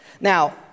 Now